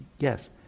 Yes